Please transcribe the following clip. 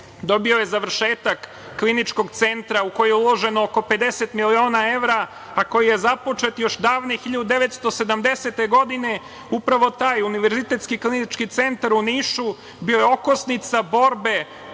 Dobio je završetak Kliničkog centra u koji je uloženo oko 50 miliona evra, a koji je započet još davne 1970. godine. Upravo taj Univerzitetski klinički centar u Nišu bio je okosnica borbe